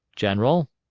general,